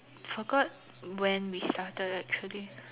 forgot when we started actually